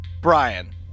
Brian